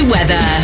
Weather